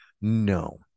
No